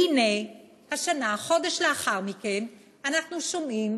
והנה, השנה, חודש לאחר מכן, אנחנו שומעים